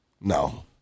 No